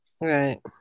Right